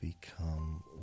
become